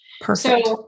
Perfect